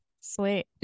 sweet